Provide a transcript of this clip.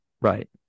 right